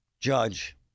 judge